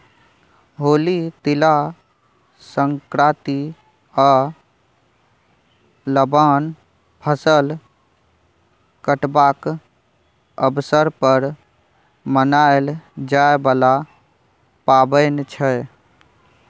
होली, तिला संक्रांति आ लबान फसल कटबाक अबसर पर मनाएल जाइ बला पाबैन छै